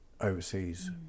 overseas